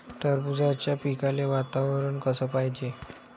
टरबूजाच्या पिकाले वातावरन कस पायजे?